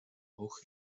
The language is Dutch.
hoog